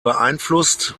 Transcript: beeinflusst